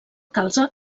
calze